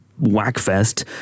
Whackfest